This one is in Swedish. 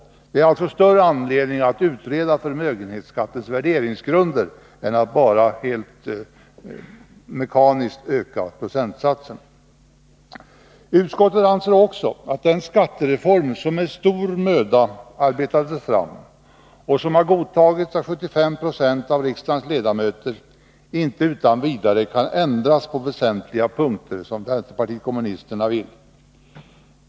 Det finns alltså större anledning att utreda förmögenhetsskattens värderingsgrund än att bara helt mekaniskt öka procentsatsen. Utskottet anser också att den skattereform som med stor möda har arbetats fram, och som har godtagits av 75 20 av riksdagens ledamöter, inte utan vidare kan ändras på väsentliga punkter som vänsterpartiet kommunisterna vill.